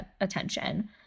attention